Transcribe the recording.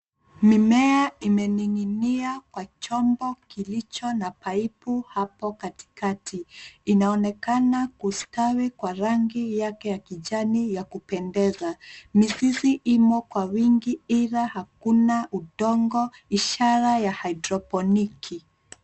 Mimea imening'inia kwa chombo kilicho na pipe hapo katikati. Inaonekana kustawi kwa rangi yake ya kijani ya kupendeza. Mizizi imo kwa wingi ila hakuna udongo ishara ya hydroponic .